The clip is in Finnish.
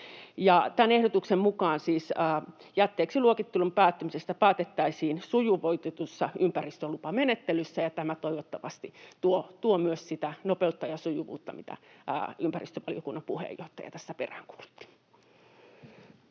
ehdotuksen mukaan siis jätteeksi luokittelun päättymisestä päätettäisiin sujuvoitetussa ympäristölupamenettelyssä, ja tämä toivottavasti tuo myös sitä nopeutta ja sujuvuutta, mitä ympäristövaliokunnan puheenjohtaja tässä peräänkuulutti.